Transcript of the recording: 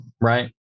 Right